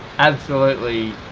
absolutely,